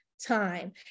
time